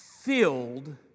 Filled